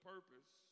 Purpose